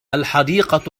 الحديقة